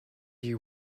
you